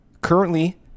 currently